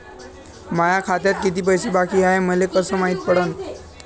माया खात्यात किती पैसे बाकी हाय, हे मले कस पायता येईन?